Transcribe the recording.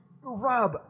Rob